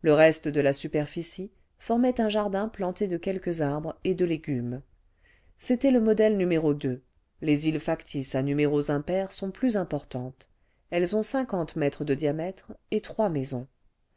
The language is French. le reste de la superficie formait un jardin planté de quelques arbres et de légumes c'était le modèle n les îles factices à numéros impairs sont plus importantes elles ont cinquante mètres de diamètre et trois maisons